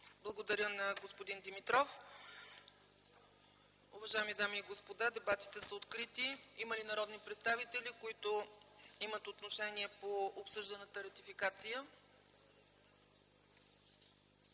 Благодаря на господин Димитров. Уважаеми дами и господа, дебатите са открити. Има ли народни представители, които имат отношение по обсъжданата ратификация?